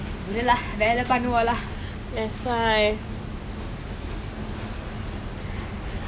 honestly you know after the match I wanted to go to the hotel and see them but by the time you all go already lah